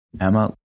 Emma